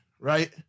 right